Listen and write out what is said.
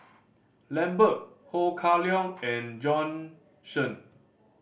Lambert Ho Kah Leong and Bjorn Shen